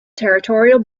territorial